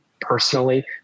personally